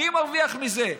מי מרוויח מזה?